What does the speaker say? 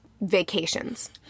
vacations